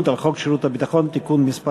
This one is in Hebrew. על הצעת חוק שירות ביטחון (תיקון מס'